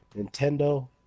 Nintendo